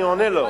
אני עונה לו.